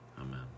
Amen